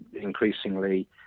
increasingly